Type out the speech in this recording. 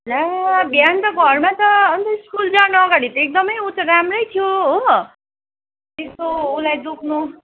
ला बिहान त घरमा त अन्त स्कुल जानु अगाडि त एकदमै उ त राम्रै थियो हो यस्तो उसलाई दुख्नु